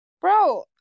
Bro